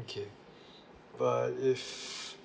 okay but if